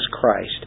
Christ